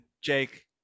jake